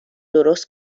درست